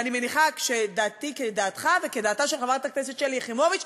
ואני מאמינה שדעתי כדעתך וכדעתה של חברת הכנסת שלי יחימוביץ,